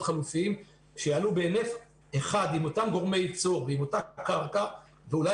חלופיים שיעלו עם אותם גורמי ייצור ועם אותה קרקע ואולי